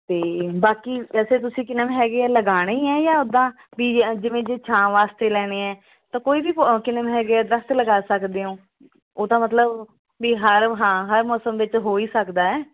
ਅਤੇ ਬਾਕੀ ਵੈਸੇ ਤੁਸੀਂ ਕਿਨਮ ਹੈਗੇ ਆ ਲਗਾਉਣੇ ਹੀ ਹੈ ਜਾਂ ਉੱਦਾਂ ਬਈ ਜਿਵੇਂ ਜੇ ਛਾਂ ਵਾਸਤੇ ਲੈਣੇ ਹੈ ਤਾਂ ਕੋਈ ਵੀ ਪੌ ਕਿਨਮ ਹੈਗਾ ਆ ਦਰਖ਼ਤ ਲਗਾ ਸਕਦੇ ਹੋ ਉਹ ਤਾਂ ਮਤਲਬ ਬਈ ਹਰ ਉਹ ਹਾਂ ਹਰ ਮੌਸਮ ਵਿਚ ਹੋ ਹੀ ਸਕਦਾ ਹੈ